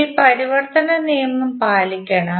നിങ്ങൾ പരിവർത്തന നിയമം പാലിക്കണം